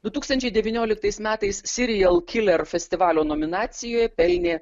du tūkstančiai devynioliktais metais sirijal kiler festivalio nominacijoje pelnė